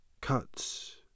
Cuts